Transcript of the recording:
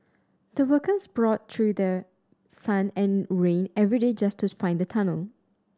the workers brought through the sun and rain every day just to find the tunnel